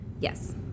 Yes